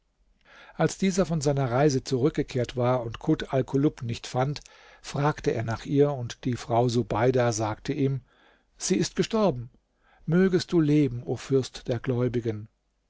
als dieser von seiner reise zurückgekehrt war und kut alkulub nicht fand fragte er nach ihr und die frau subeida sagte ihm sie ist gestorben mögest du leben o fürst der gläubigen